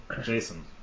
Jason